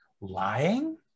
lying